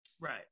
right